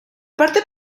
parte